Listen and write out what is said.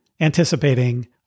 anticipating